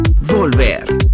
volver